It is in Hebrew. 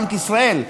בנק ישראל,